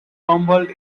tumbled